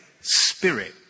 spirit